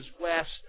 west